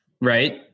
Right